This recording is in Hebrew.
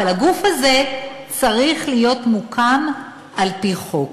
אבל הגוף הזה צריך להיות מוקם על-פי חוק.